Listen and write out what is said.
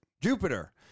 Jupiter